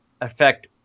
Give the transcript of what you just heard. affect